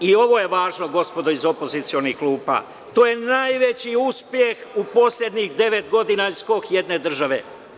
I ovo je važno gospodo iz opozicionih klupa, to je najveći uspeh u poslednjih devet godina za skok jedne države.